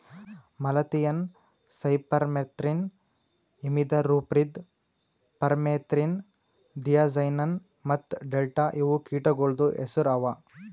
malathion, cypermethrin, imidacloprid, permethrin, diazinon ಮತ್ತ delta ಇವು ಕೀಟಗೊಳ್ದು ಹೆಸುರ್ ಅವಾ